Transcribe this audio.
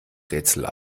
rätsel